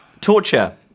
torture